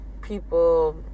people